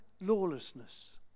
lawlessness